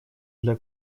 для